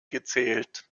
gezählt